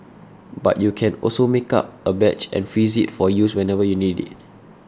but you can also make up a batch and freeze it for use whenever you need it